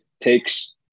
takes